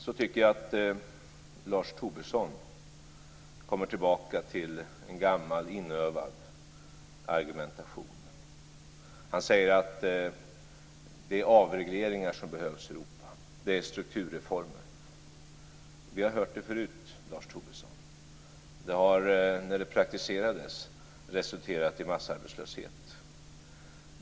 Sedan tycker jag att Lars Tobisson kommer tillbaka till en gammal inövad argumentation. Han säger att det är avregleringar och strukturreformer som behövs i Europa. Vi har hört det förut, Lars Tobisson. Det har, när det praktiserades, resulterat i massarbetslöshet.